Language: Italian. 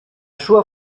sua